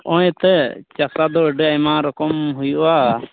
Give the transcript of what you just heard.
ᱦᱚᱜᱭ ᱮᱱᱛᱮᱫ ᱪᱟᱥᱨᱟ ᱫᱚ ᱟᱹᱰᱤ ᱟᱭᱢᱟ ᱨᱚᱠᱚᱢ ᱦᱩᱭᱩᱜᱼᱟ